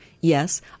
Yes